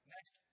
Next